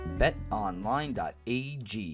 betonline.ag